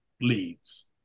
leads